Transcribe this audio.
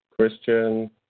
Christian